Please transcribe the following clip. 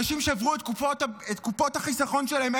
אנשים שברו את קופות החיסכון שלהם,